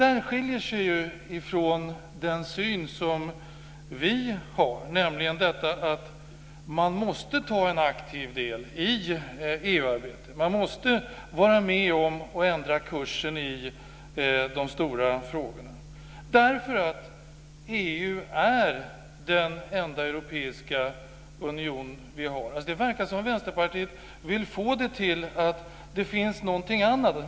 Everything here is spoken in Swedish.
Detta skiljer sig ju från den syn som vi har, nämligen att man måste ta en aktiv del i EU-arbetet. Man måste vara med och ändra kursen i de stora frågorna, därför att EU är den enda europeiska union som vi har. Det verkar som om Vänsterpartiet vill få det till att det finns någonting annat.